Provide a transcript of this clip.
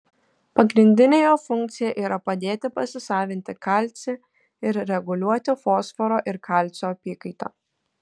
pagrindinė jo funkcija yra padėti pasisavinti kalcį ir reguliuoti fosforo ir kalcio apykaitą